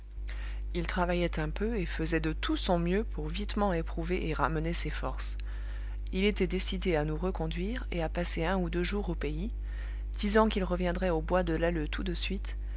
il travaillait un peu et faisait de tout son mieux pour vitement éprouver et ramener ses forces il était décidé à nous reconduire et à passer un ou deux jours au pays disant qu'il reviendrait au bois de l'alleu tout de suite